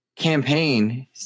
Campaign